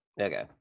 okay